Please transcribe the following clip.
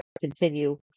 continue